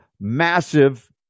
massive